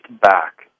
back